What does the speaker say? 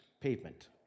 pavement